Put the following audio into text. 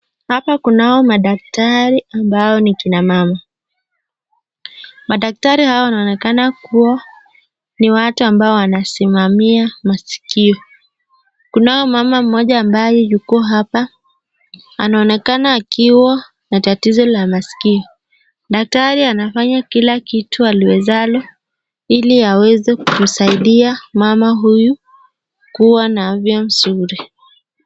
Hapa kunao madaktari ambao ni kina mama. Madaktari hao wanaonekana kuwa ni watu ambao wanasimamia masikio. Kunao mama mmoja ambaye yuko hapa, anaonekana akiwa na tatizo la masikio. Daktari anafanya kila kitu aliwezalo ili aweze kumsaidia mama huyu kuwa na afya nzuri.